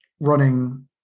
running